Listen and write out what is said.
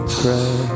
pray